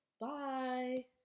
Bye